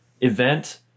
event